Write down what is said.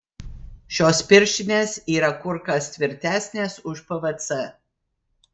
šios pirštinės yra kur kas tvirtesnės už pvc